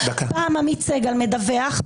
פעם עמית סגל מדווח,